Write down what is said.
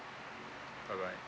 bye bye